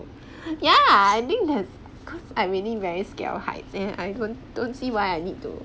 yeah I didn't have cause I really very scared of heights and I don't don't see why I need to